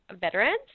veterans